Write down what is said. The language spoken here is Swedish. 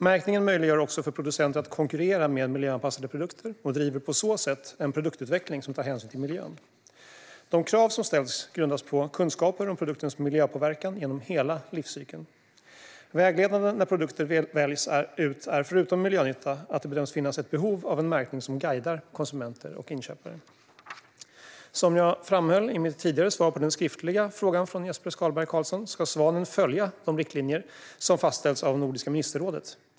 Märkningen möjliggör också för producenter att konkurrera med miljöanpassade produkter och driver på så sätt en produktutveckling som tar hänsyn till miljön. De krav som ställs grundas på kunskaper om produktens miljöpåverkan genom hela livscykeln. Vägledande när produkter väljs ut är förutom miljönytta att det bedöms finnas ett behov av en märkning som guidar konsumenter och inköpare. Som jag framhöll i mitt tidigare svar på den skriftliga frågan från Jesper Skalberg Karlsson ska Svanen följa de riktlinjer som fastställts av Nordiska ministerrådet.